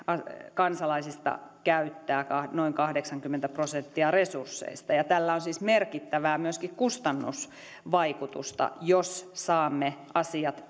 kansalaisista käyttää noin kahdeksankymmentä prosenttia resursseista tällä on siis myöskin merkittävää kustannusvaikutusta jos saamme asiat